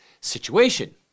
situation